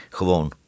gewoon